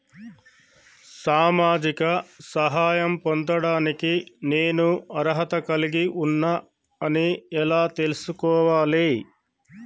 సామాజిక సహాయం పొందడానికి నేను అర్హత కలిగి ఉన్న అని ఎలా తెలుసుకోవాలి?